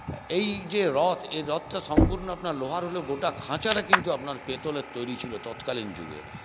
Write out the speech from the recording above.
এই যে রথ এই রথটা সম্পূর্ণ আপনার লোহার হলেও গোটা খাঁচাটা কিন্তু আপনার পেতলের তৈরি ছিল তৎকালীন যুগে